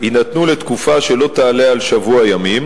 יינתנו לתקופה שלא תעלה על שבוע ימים,